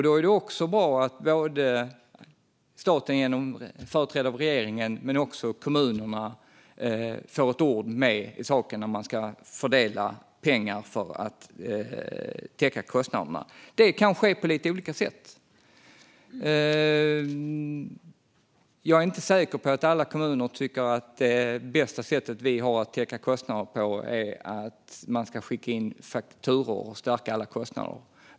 Då är det bra att både staten, genom företrädare för regeringen, och kommunerna får ett ord med i saken när man ska fördela pengar för att täcka kostnaderna. Detta kan ske på lite olika sätt. Jag är inte säker på att alla kommuner tycker att det bästa sättet när det gäller att täcka kostnader är att man ska skicka in fakturor och styrka alla kostnader.